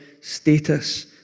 status